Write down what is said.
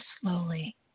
slowly